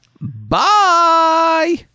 Bye